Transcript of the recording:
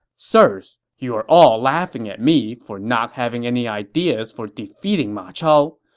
sirs, you are all laughing at me for not having any ideas for defeating ma chao,